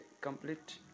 complete